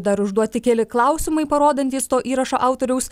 dar užduoti keli klausimai parodantys to įrašo autoriaus